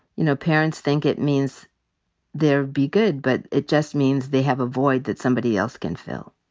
you know, parents think it means they'll be good, but it just means they have a void that somebody else can fill.